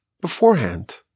beforehand